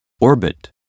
Orbit